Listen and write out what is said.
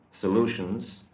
solutions